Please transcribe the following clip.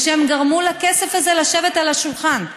ושגרמו לכסף הזה לעלות על השולחן,